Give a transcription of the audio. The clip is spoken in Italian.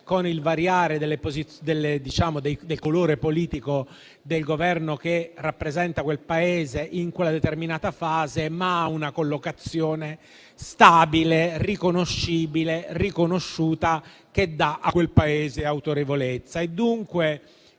con il variare del colore politico del Governo che lo rappresenta in una determinata fase, avendo una collocazione stabile, riconoscibile, riconosciuta, che dà a quel Paese autorevolezza.